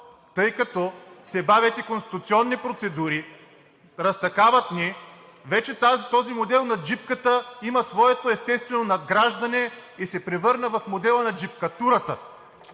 тъй като се бавят и конституционни процедури, разтакават ни, вече този модел на джипката има своето естествено надграждане и се превърна в модела на джипкатурата.